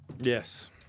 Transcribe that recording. Yes